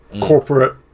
corporate